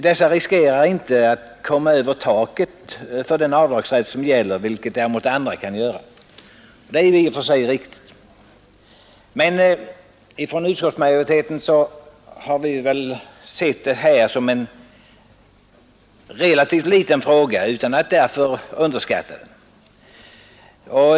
Dessa riskerar inte att komma över taket för den avdragsrätt som gäller, vilket däremot andra kan göra. Det är i och för sig riktigt. Utskottsmajoriteten har sett det här som en relativt liten fråga utan att därför underskatta den.